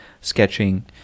sketching